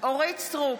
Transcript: אורית מלכה סטרוק,